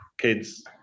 kids